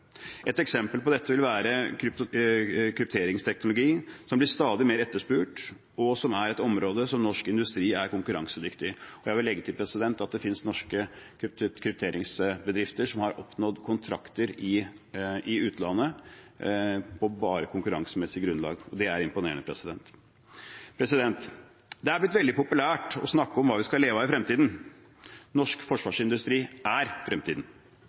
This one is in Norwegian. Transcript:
Et eksempel på dette vil være krypteringsteknologi, som blir stadig mer etterspurt, og som er et område som norsk industri er konkurransedyktig på. Jeg vil legge til at det finnes norske krypteringsbedrifter som har oppnådd kontrakter i utlandet på bare konkurransemessig grunnlag, og det er imponerende. Det er blitt veldig populært å snakke om hva vi skal leve av i fremtiden. Norsk forsvarsindustri er fremtiden.